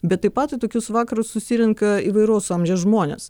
bet taip pat į tokius vakarus susirenka įvairaus amžiaus žmonės